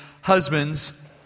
husbands